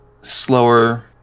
slower